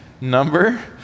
number